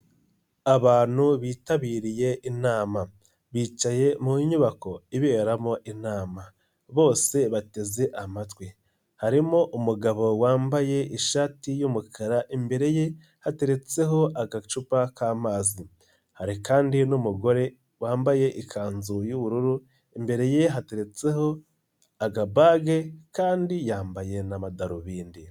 Abantu bitabiriye inama, bicaye mu nyubako iberamo inama, bose bateze amatwi, harimo umugabo wambaye ishati y'umukara, imbere ye hateretseho agacupa k'amazi, hari kandi n'umugore wambaye ikanzu y'ubururu, imbere ye hateretseho akabage kandi yambaye n'amadarubindi.